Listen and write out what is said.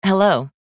Hello